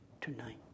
tonight